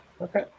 Okay